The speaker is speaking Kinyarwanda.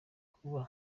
kuba